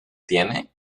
tiene